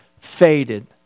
faded